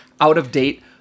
out-of-date